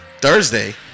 Thursday